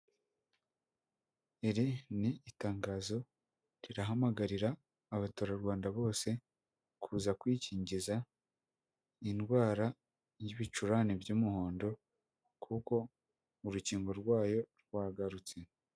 Iri ni itangazo rirahamagarira abaturarwanda bose kuza kwikingiza indwara y'ibicurane by'umuhondo kuko urukingo rwayo rwagarutse.